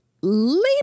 leap